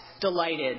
delighted